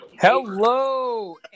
Hello